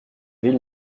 ville